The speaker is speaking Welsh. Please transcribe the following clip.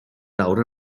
lawr